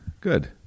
Good